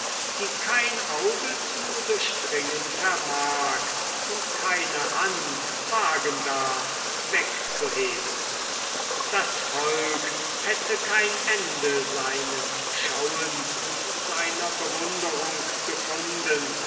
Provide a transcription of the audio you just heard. die kein auge zu durchdringen vermag und keine hand wagen darf wegzuheben das volk hätte kein ende seines schauens und seiner bewunderung gefunden